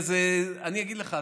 ואני אגיד לך,